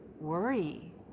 Worry